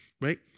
right